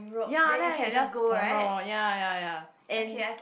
ya right just ya ya ya and